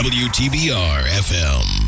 wtbr-fm